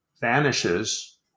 vanishes